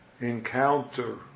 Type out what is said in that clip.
encounter